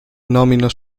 nomina